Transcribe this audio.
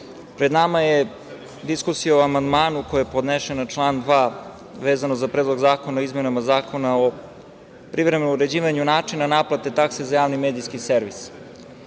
pred nama je diskusija o amandmanu koji je podnesen na član 2. vezano za Predlog zakona o izmenama Zakona o privremenom uređivanju načina naplate takse za javni medijski servis. Kao